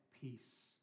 peace